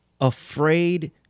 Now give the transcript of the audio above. afraid